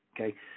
Okay